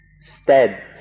stead